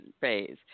phase